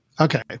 Okay